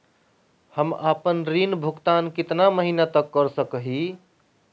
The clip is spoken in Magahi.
हम आपन ऋण भुगतान कितना महीना तक कर सक ही?